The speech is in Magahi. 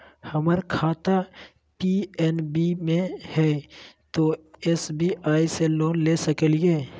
हमर खाता पी.एन.बी मे हय, तो एस.बी.आई से लोन ले सकलिए?